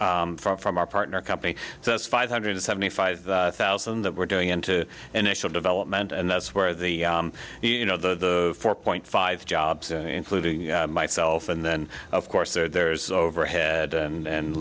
from from our partner company that's five hundred seventy five thousand that we're doing and to initial development and that's where the you know the four point five jobs including myself and then of course there's overhead and